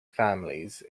families